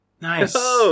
Nice